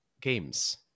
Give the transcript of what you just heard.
games